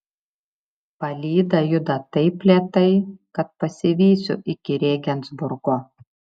palyda juda taip lėtai kad pasivysiu iki rėgensburgo